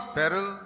peril